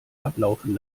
ablaufen